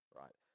right